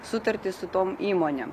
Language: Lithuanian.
sutartį su tom įmonėm